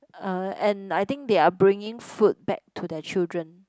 uh and I think they are bringing food back to the children